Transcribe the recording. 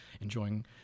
enjoying